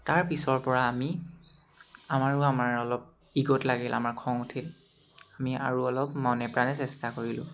তাৰ পিছৰ পৰা আমি আমাৰো আমাৰ অলপ ইগ'ত লাগিল আমাৰ খং উঠিল আমি আৰু অলপ মনে প্ৰাণে চেষ্টা কৰিলোঁ